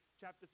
chapter